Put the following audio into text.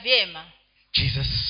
Jesus